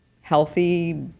healthy